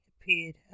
appeared